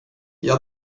jag